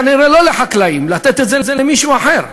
כנראה לא לחקלאים, לתת את זה למישהו אחר,